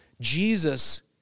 Jesus